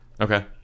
okay